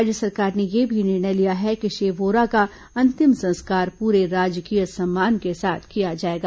राज्य सरकार ने यह भी निर्णय लिया है कि श्री वोरा का अंतिम संस्कार पूरे राजकीय सम्मान के साथ किया जाएगा